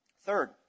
Third